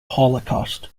holocaust